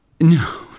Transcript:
No